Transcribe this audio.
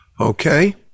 Okay